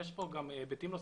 יש כאן גם היבטים.